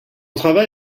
travail